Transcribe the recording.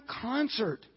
concert